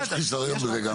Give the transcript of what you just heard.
יש חסרון בזה כמו שאמרתי.